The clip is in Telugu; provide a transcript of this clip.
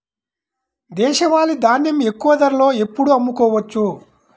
దేశవాలి ధాన్యం ఎక్కువ ధరలో ఎప్పుడు అమ్ముకోవచ్చు?